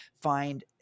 find –